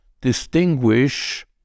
distinguish